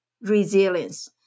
resilience